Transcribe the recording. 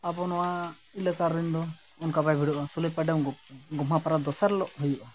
ᱟᱵᱚ ᱱᱚᱣᱟ ᱮᱞᱟᱠᱟᱨᱮᱱ ᱫᱚ ᱚᱱᱠᱟ ᱵᱟᱭ ᱵᱷᱤᱲᱚᱜᱼᱟ ᱥᱩᱞᱟᱹᱭᱯᱟᱲ ᱰᱮᱢ ᱜᱚᱢᱦᱟ ᱯᱚᱨᱚᱵᱽ ᱫᱚᱥᱟᱨ ᱦᱤᱞᱳᱜ ᱦᱩᱭᱩᱜᱼᱟ